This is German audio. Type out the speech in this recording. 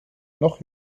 noch